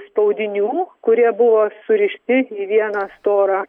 spaudinių kurie buvo surišti į vieną storą